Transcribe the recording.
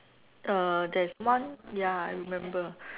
uh there's one ya I remember